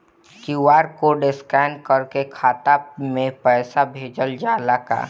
QR code scan करके खाता में पैसा भेजल जाला का?